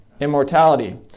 Immortality